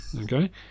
Okay